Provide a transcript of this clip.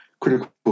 Critical